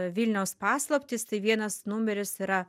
vilniaus paslaptys tai vienas numeris yra